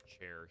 chair